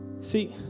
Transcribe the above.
See